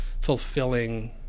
fulfilling